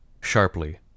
sharply